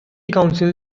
council